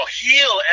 heal